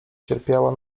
cierpiała